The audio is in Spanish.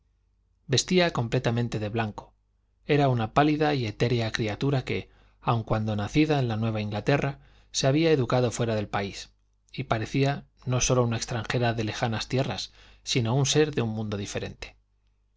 vestía completamente de blanco era una pálida y etérea criatura que aun cuando nacida en la nueva inglaterra se había educado fuera del país y parecía no sólo una extranjera de lejanas tierras sino un ser de un mundo diferente